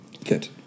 Good